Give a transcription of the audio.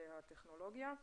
באמצעות תאים סומטיים